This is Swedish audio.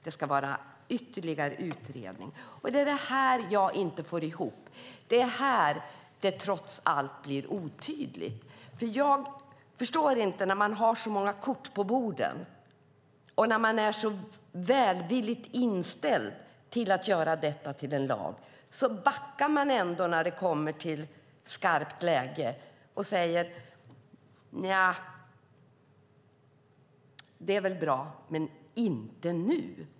Det ska vara ytterligare utredning. Det är det jag inte får ihop. Det är här det trots allt blir otydligt. När man har så många kort på bordet och när man är så välvilligt inställd till att göra detta till en lag förstår jag inte att man ändå backar när det kommer till skarpt läge. Man säger: Nja, det är väl bra, men inte nu.